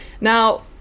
Now